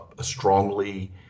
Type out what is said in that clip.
strongly